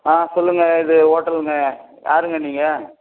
ஆ சொல்லுங்கள் இது ஓட்டலுங்க யாருங்க நீங்கள்